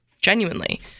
Genuinely